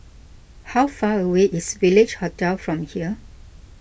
how far away is Village Hotel from here